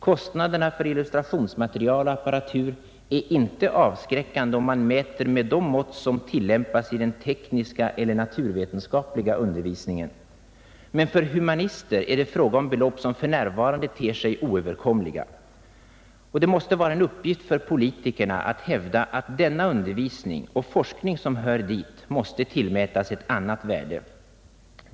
Kostnaderna för illustrationsmaterial och apparatur är inte avskräckande om man mäter med det mått som tillämpas i den tekniska eller naturvetenskapliga undervisningen. Men för humanister är det fråga om belopp, som för närvarande ter sig oöverkomliga. Det måste vara en uppgift för politikerna att hävda att denna undervisning — och forskning som hör dit — måste tillmätas ett annat värde.